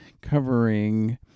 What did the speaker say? covering